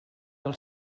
del